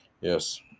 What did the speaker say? yes